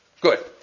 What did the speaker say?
Good